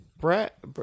Brett